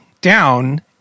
down